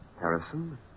Harrison